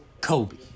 Kobe